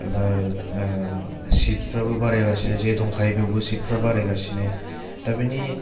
एबा सितफ्राबो बारायगासिनो जे दंखायो बेवबो सितफ्रा बारायगासिनो दा बेनि